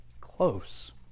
close